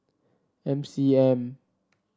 M C M